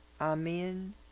Amen